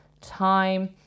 time